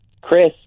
Chris